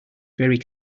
very